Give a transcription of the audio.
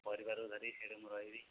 ପରିବାରକୁ ଧରି ସେଠି ମୁଁ ରହିବି